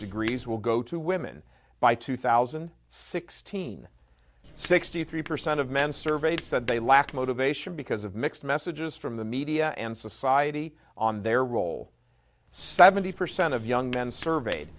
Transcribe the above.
degrees will go to women by two thousand sixteen sixty three percent of men surveyed said they lack motivation because of mixed messages from the media and society on their role seventy percent of young and surveyed